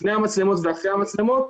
לפני המצלמות ואחרי המצלמות.